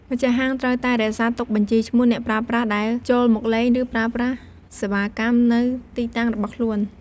ម្ចាស់ហាង ត្រូវតែ រក្សាទុកបញ្ជីឈ្មោះ អ្នកប្រើប្រាស់ដែល ចូលមកលេង ឬ ប្រើប្រាស់សេវាកម្ម នៅទីតាំងរបស់ខ្លួន។